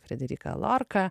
frederiką lorką